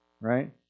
Right